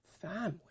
family